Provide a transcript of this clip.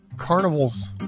carnivals